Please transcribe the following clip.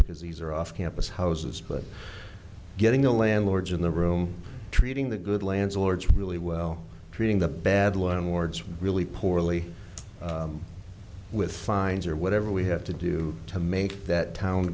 because these are off campus houses but getting the landlords in the room treating the good landlords really well treating the bad one wards really poorly with fines or whatever we have to do to make that town